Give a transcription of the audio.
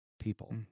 people